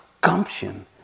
gumption